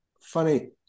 Funny